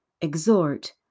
exhort